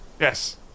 Yes